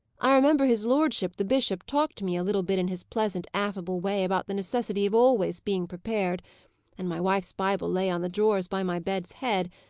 i remember his lordship, the bishop, talked to me a little bit in his pleasant, affable way, about the necessity of always, being prepared and my wife's bible lay on the drawers by my bed's head,